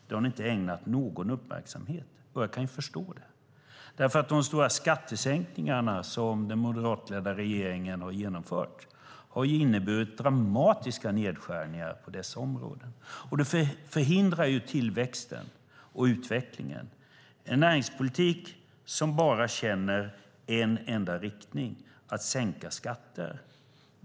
Det har ni inte ägnat någon uppmärksamhet, och jag kan förstå det. De stora skattesänkningarna, som den moderatledda regeringen har genomfört, har ju inneburit dramatiska nedskärningar på dessa områden. Och det förhindrar tillväxten och utvecklingen. Det är en näringspolitik som bara känner en enda riktning, att sänka skatter.